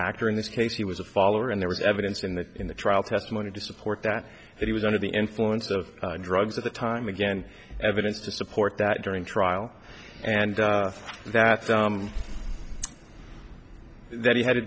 actor in this case he was a follower and there was evidence in the in the trial testimony to support that he was under the influence of drugs at the time again evidence to support that during trial and that that he had a